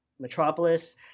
Metropolis